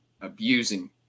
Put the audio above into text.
abusing